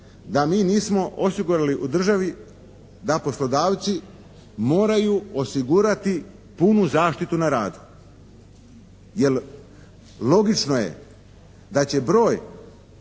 da mi nismo osigurali u državi da poslodavci moraju osigurati punu zaštitu na radu. Jer logično je da će broj